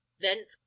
thence